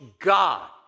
God